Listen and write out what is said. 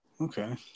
okay